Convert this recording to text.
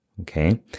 Okay